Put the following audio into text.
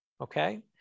okay